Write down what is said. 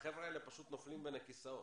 יחד עם זאת,